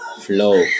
flow